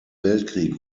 weltkrieg